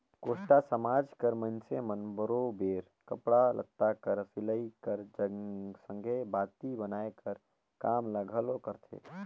कोस्टा समाज कर मइनसे मन बरोबेर कपड़ा लत्ता कर सिलई कर संघे बाती बनाए कर काम ल घलो करथे